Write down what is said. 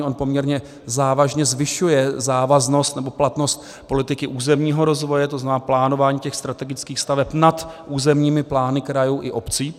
On poměrně závažně zvyšuje závaznost nebo platnost politiky územního rozvoje, to znamená plánování těch strategických staveb nad územními plány krajů i obcí.